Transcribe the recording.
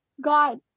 got